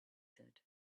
said